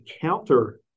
counter